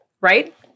right